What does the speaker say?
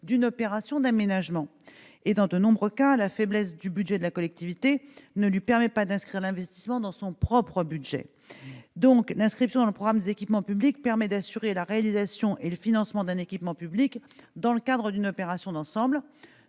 d'une opération d'aménagement. Dans de nombreux cas, la faiblesse du budget de la collectivité ne lui permet pas d'inscrire l'investissement dans son propre budget. L'inscription dans le programme des équipements publics permet d'assurer la réalisation et le financement d'un équipement public dans le cadre d'une opération d'ensemble.